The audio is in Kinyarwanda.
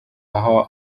aho